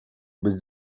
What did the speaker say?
być